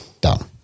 Done